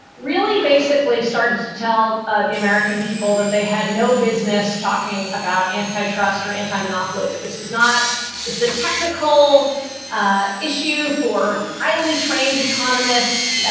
really basically started to tell the american people that they had no business talking about antitrust or antimonopoly, that this is not is a technical ah issue for highly trained economist.